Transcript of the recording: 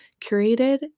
Curated